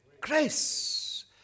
grace